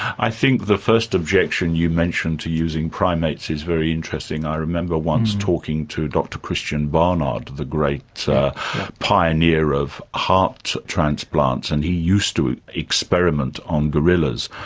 i think the first objection you mentioned to using primates is very interesting. i remember once talking to dr christiaan barnard, the great pioneer of heart transplants, and he used to experiment on gorillas.